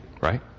Right